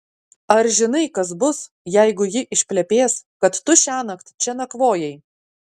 ar žinai kas bus jeigu ji išplepės kad tu šiąnakt čia nakvojai